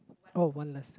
oh one lesson